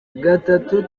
gatatu